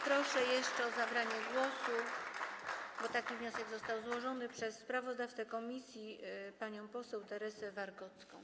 Proszę jeszcze o zabranie głosu, bo taki wniosek został złożony, sprawozdawcę komisji panią poseł Teresę Wargocką.